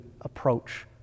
approach